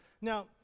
Now